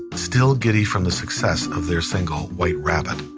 still giddy from the success of their single, white rabbit,